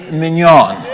mignon